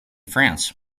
france